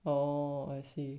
oh I see